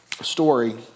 story